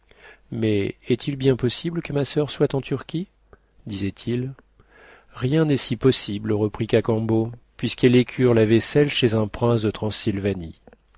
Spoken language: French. mais est-il bien possible que ma soeur soit en turquie disait-il rien n'est si possible reprit cacambo puisqu'elle écure la vaisselle chez un prince de transylvanie